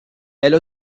elle